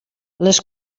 les